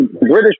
British